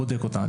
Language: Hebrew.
בודק אותן,